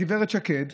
הגברת שקד,